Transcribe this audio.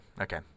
okay